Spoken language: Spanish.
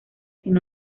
sino